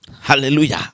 Hallelujah